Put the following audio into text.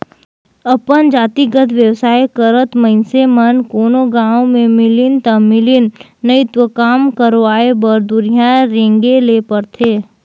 अपन जातिगत बेवसाय करत मइनसे मन कोनो गाँव में मिलिन ता मिलिन नई तो काम करवाय बर दुरिहां रेंगें ले परथे